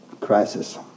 crisis